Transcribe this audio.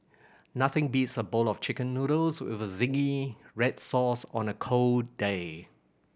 nothing beats a bowl of Chicken Noodles with zingy red sauce on a cold day